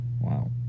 Wow